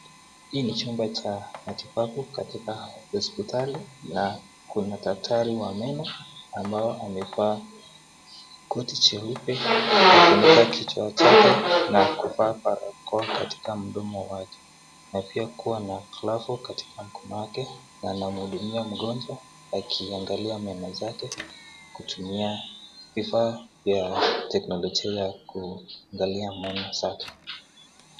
Hii ni chumba cha matibabu katika hosipitali na kuna daktari wa meno ambaye amevaa koti jeupe na kichwa chake na kuvaa barakoa katika mdomo wake na pia kua na glavu katika mkono wake na anamhudumia mgonjwa akiangaliza meno zake kutumia vifaa vya teknolojia kuangalia meno zake.